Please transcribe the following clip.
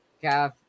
calf